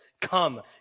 Come